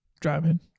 driving